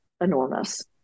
enormous